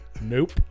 nope